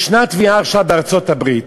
יש תביעה עכשיו בארצות-הברית,